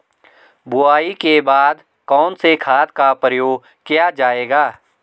बुआई के बाद कौन से खाद का प्रयोग किया जायेगा?